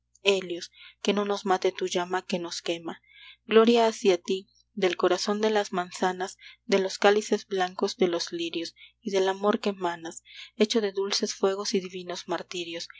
helios que no nos mate tu llama que nos quema gloria hacia ti del corazón de las manzanas de los cálices blancos de los lirios y del amor que manas hecho de dulces fuegos y divinos martirios